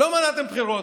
לא מנעתם בחירות,